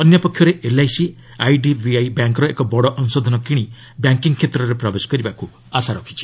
ଅନ୍ୟପକ୍ଷରେ LIC IDBI ବ୍ୟାଙ୍କ୍ର ଏକ ବଡ଼ ଅଂଶଧନ କିଣି ବ୍ୟାଙ୍କିଙ୍ଗ୍ କ୍ଷେତ୍ରରେ ପ୍ରବେଶ କରିବାକୁ ଆଶା ରଖିଛି